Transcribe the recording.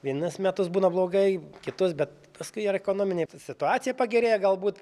vienus metus būna blogai kitus bet paskui ir ekonominė situacija pagerėja galbūt